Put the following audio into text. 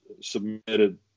submitted